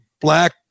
black